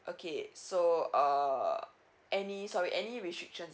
okay so uh any sorry any restriction